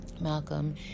malcolm